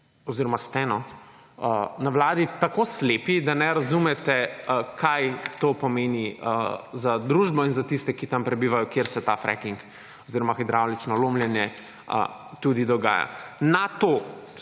oziroma ste na vladi tako slepi, da ne razumete kaj to pomeni za družbo in za tiste, ki tam prebivajo, kjer se ta fracking oziroma hidravlično lomljenje tudi dogaja. Na